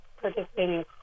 participating